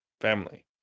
Family